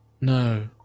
No